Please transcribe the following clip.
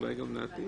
אולי גם לעתיד,